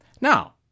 Now